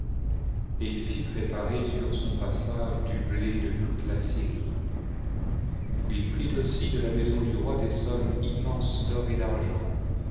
et il fit préparer sur sou passage du blé de toute la syrie il prit aussi de la maison du roi des sommes immenses d'or et d'argent